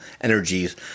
energies